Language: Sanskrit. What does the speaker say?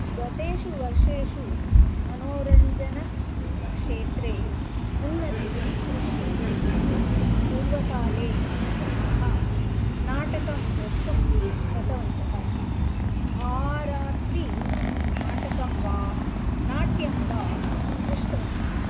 गतेषु वर्षेषु मनोरञ्जनक्षेत्रे उन्नतिः दृश्यते पूर्वकाले जनाः नाटकं द्रष्टुं गतवन्तः आरात्रि नाटकं वा नाट्यं वा दृष्टवन्तः